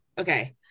okay